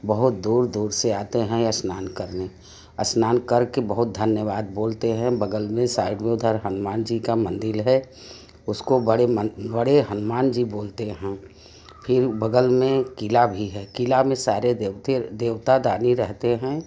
बहुत दूर दूर से आते है स्नान करने स्नान करके बहुत धन्यवाद बोलते हैं बगल में साइड मे उधर हनुमान जी का मंदिर है उसको उसको बड़े मन बड़े हनुमान जी बोलते है फिर बगल में किला भी है किला में सारे देवते देवता दानी रहते हैं